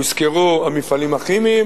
הוזכרו המפעלים הכימיים: